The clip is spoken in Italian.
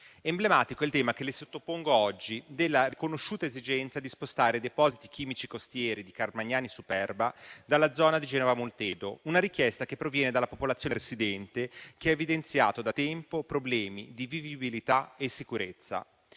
Emblematico è il tema che le sottopongo oggi della riconosciuta esigenza di spostare i depositi chimici costieri di Carmagnani e Superba dalla zona di Genova Multedo, una richiesta che proviene dalla popolazione residente, che ha evidenziato da tempo problemi di vivibilità e sicurezza,